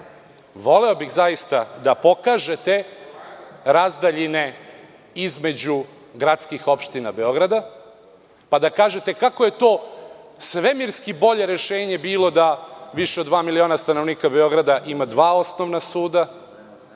voleo zaista da pokažete razdaljine između gradskih opština Beograda, pa da kažete kako je to svemirski bolje rešenje bilo da više od dva miliona stanovnika Beograda ima dva osnovna suda,